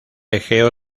egeo